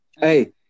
Hey